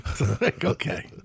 Okay